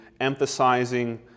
emphasizing